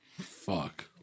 Fuck